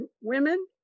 women